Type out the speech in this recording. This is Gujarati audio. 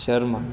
શર્મા